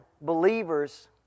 believers